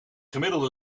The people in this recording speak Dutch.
gemiddelde